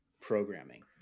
programming